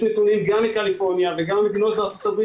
יש נתונים גם מקליפורניה וגם ממדינות בארצות-הברית